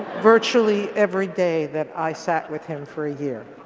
virtually every day that i sat with him for a year.